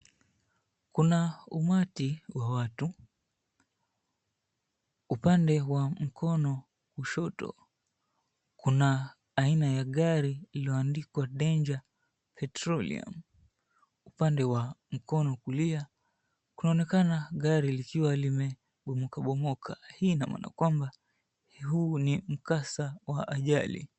Kuna umati wa watu, upande wa mkono wa kushoto kuna aina ya gari iliyoandikwa, Danger Petroleum. Upande wa mkono wa kulia kunaonekana gari likiwa limebomokabomoka. Hii ina maana kwamba huu ni mkasa wa ajali.